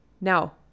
Now